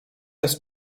jest